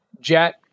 Jet